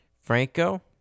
Franco